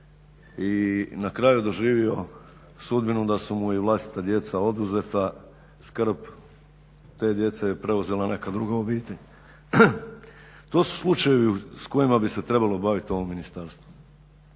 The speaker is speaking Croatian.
i na kraju doživio sudbinu da su mu i vlastita djeca oduzeta, skrb te djece je preuzela neka druga obitelj. To su slučajevi s kojima bi se trebalo bavit ovo ministarstvo,